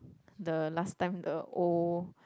the last time the old